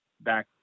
back